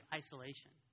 isolation